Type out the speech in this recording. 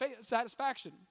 satisfaction